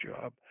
job